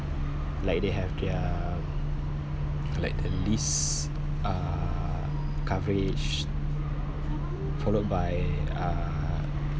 like they have their like the least uh coverage followed by uh